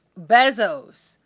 Bezos